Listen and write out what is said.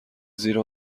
زیر